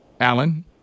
Alan